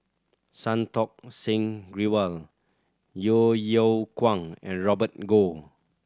Santokh Singh Grewal Yeo Yeow Kwang and Robert Goh